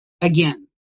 again